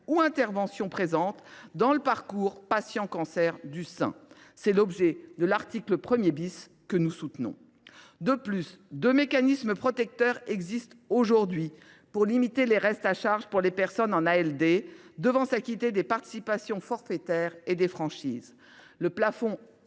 soins des patientes traitées pour un cancer du sein. Tel est l’objet de l’article 1 , que nous soutenons. De plus, deux mécanismes protecteurs existent aujourd’hui pour limiter les restes à charge des personnes en ALD devant s’acquitter des participations forfaitaires et des franchises : le